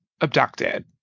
abducted